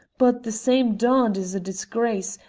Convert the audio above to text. but the same darned is a disgrace,